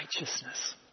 righteousness